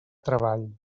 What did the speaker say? treball